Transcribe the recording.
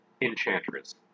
Enchantress